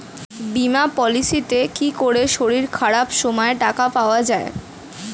বীমা পলিসিতে কি করে শরীর খারাপ সময় টাকা পাওয়া যায়?